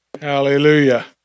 Hallelujah